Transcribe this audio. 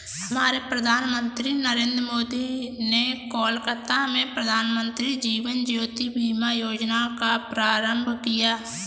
हमारे प्रधानमंत्री नरेंद्र मोदी ने कोलकाता में प्रधानमंत्री जीवन ज्योति बीमा योजना का प्रारंभ किया